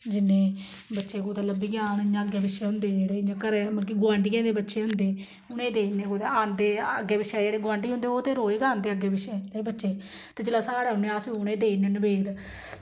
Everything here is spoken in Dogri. जिन्ने बच्चे कुतै लब्भी जान इ'यां अग्गें पिच्छें होंदे जेह्ड़े इ'यां घरै दे मतलब कि गोआंढियें दे बच्चे होंदे उ'नें गी देई ओड़ने कुतै औंदे अग्गें पिच्छें जेह्ड़े गोआंढी होंदे ओह् ते रोज गै औंदे अग्गें पिच्छें जेह्ड़े बच्चे ते जेल्लै साढ़े औने अस उ'नें गी देई ओड़ने नवेद